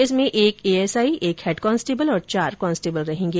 इसमें एक एएसआई एक हैड कान्स्टेबल और चार कॉन्स्टेबल रहेगें